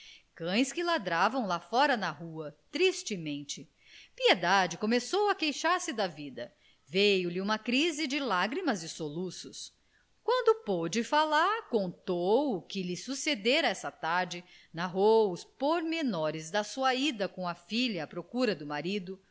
cães que ladravam lá fora na rua tristemente piedade começou a queixar-se da vida veio-lhe uma crise de lágrimas e soluços quando pôde falar contou o que lhe sucedera essa tarde narrou os pormenores da sua ida com a filha à procura do marido